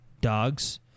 dogs